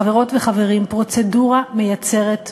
חברות וחברים, פרוצדורה מייצרת מהות.